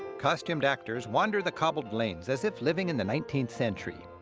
costumed actors wander the cobbled lanes as if living in the nineteenth century.